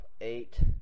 eight